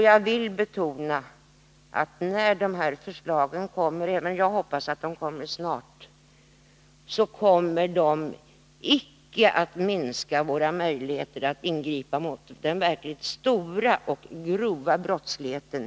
Jag vill betona att när de här förslagen genomförs — även jag hoppas att det kommer att ske snart — kommer det icke att minska våra möjligheter att ingripa mot den verkligt stora och grova brottsligheten.